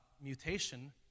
mutation